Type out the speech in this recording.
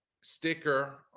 sticker